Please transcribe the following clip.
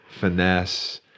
finesse